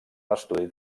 l’estudi